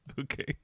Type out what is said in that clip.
Okay